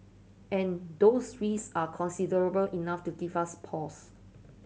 and those risk are considerable enough to give us pause